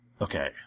okay